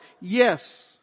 Yes